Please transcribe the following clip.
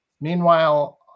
Meanwhile